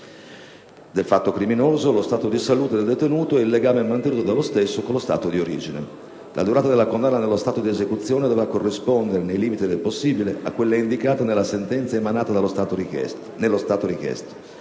del fatto criminoso, lo stato di salute del detenuto ed il legame mantenuto dallo stesso con lo Stato d'origine. La durata della condanna nello Stato di esecuzione dovrà corrispondere, nei limiti del possibile, a quella indicata nella sentenza emanata nello Stato richiesto;